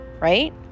right